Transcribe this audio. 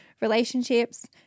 relationships